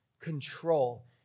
Control